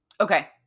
Okay